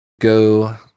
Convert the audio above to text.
go